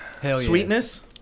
sweetness